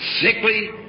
sickly